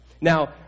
Now